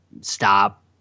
stop